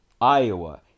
Iowa